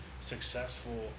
successful